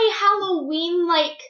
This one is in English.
Halloween-like